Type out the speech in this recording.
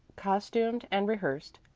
costumed and rehearsed,